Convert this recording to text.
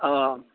অ